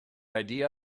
idea